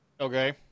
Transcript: okay